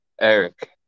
Eric